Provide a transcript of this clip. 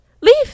leave